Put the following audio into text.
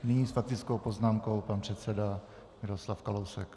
Nyní s faktickou poznámkou pan předseda Miroslav Kalousek.